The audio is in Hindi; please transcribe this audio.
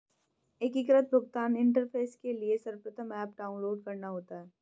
एकीकृत भुगतान इंटरफेस के लिए सर्वप्रथम ऐप डाउनलोड करना होता है